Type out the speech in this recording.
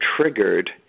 triggered